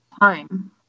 time